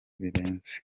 birenze